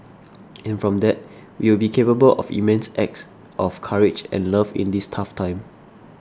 and from that we will be capable of immense acts of courage and love in this tough time